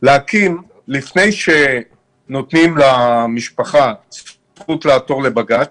לפני שנותנים למשפחה זכות לעתור לבג"ץ,